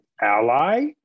ally